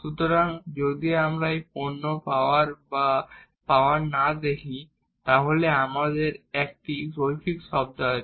সুতরাং যদি আমরা পোডাক্ট বা পাওয়ার না দেখি তাহলে আমাদের একটি লিনিয়ার টার্ম আছে